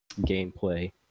gameplay